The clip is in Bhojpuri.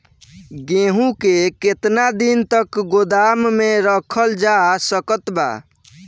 गेहूँ के केतना दिन तक गोदाम मे रखल जा सकत बा?